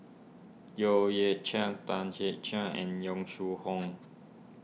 Yeo Yeah Chye Tan Hit Chye and Yong Shu Hoong